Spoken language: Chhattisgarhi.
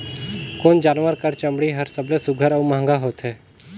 कोन जानवर कर चमड़ी हर सबले सुघ्घर और महंगा होथे?